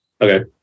Okay